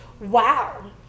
Wow